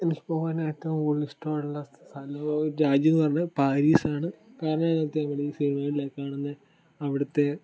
എനിക്ക് പോകാനായിട്ട് കൂടുതൽ ഇഷ്ടമുള്ള സ്ഥലവും രാജ്യം തന്നെ പേരിസ് ആണ് കാരണം എനിക്ക് സിനിമകളിൽ ഒക്കെ കാണുന്ന അവിടുത്തെ